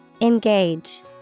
Engage